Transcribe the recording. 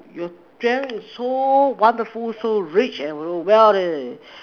your dream is so wonderful so rich and well eh